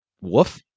Woof